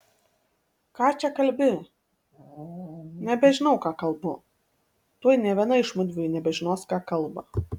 ką čia kalbi nebežinau ką kalbu tuoj nė viena iš mudviejų nebežinos ką kalba